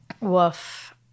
Woof